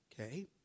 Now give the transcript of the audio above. okay